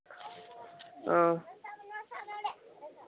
ᱚ